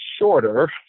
shorter